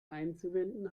einzuwenden